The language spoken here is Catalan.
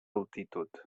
altitud